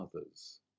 others